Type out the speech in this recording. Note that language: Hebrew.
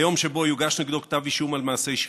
היום שבו יוגש נגדו כתב אישום על מעשי שחיתות.